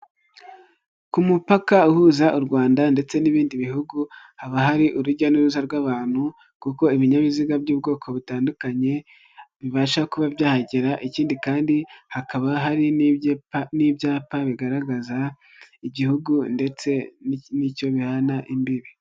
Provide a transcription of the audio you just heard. Ku mupaka uhuza u Rwanda ndetse n'ibindi bihugu haba hari urujya n'uruza rw'abantu kuko ibinyabiziga by'ubwoko butandukanye bibasha kuba byahagera, ikindi kandi hakaba hari n'ibyapa bigaragaza igihugu ndetse n'icyo bihana imbibi.